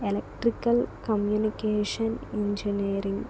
electrical communication engineering